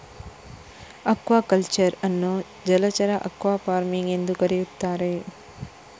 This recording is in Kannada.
ಅಕ್ವಾಕಲ್ಚರ್ ಅನ್ನು ಜಲಚರ ಅಕ್ವಾಫಾರ್ಮಿಂಗ್ ಎಂದೂ ಕರೆಯುತ್ತಾರೆ